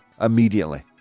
immediately